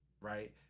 Right